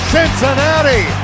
Cincinnati